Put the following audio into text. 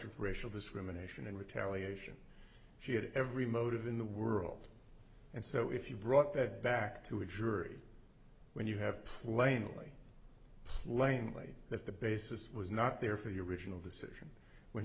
with racial discrimination and retaliation she had every motive in the world and so if you brought that back to a jury when you have plainly plainly that the basis was not there for the original decision when